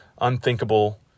unthinkable